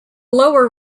lower